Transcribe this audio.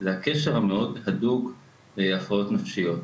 זה הקשר המאוד הדוק עם הפרעות נפשיות.